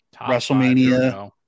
WrestleMania